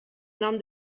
nom